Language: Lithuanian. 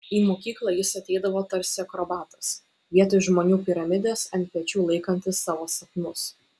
į mokyklą jis ateidavo tarsi akrobatas vietoj žmonių piramidės ant pečių laikantis savo sapnus